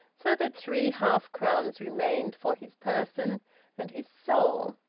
so that three half-crowns remained for his person and his soul.